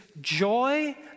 joy